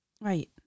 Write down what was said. Right